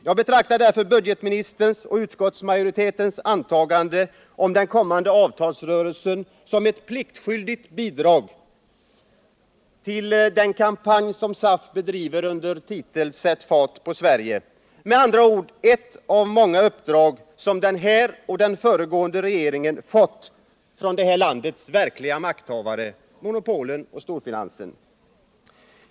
Jag betraktar därför budgetministerns och utskottsmajoritetens antagande om den kommande avtalsrörelsen som ett pliktskyldigt bidrag till den kampanj som SAF bedriver under titeln ”Sätt fart på Sverige”, med andra ord ett av de många uppdrag som den här och den föregående regeringen fått från det här landets verkliga makthavare: monopolen och storfinansen.